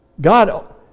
God